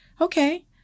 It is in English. Okay